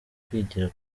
kwigira